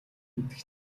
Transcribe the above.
гэдэг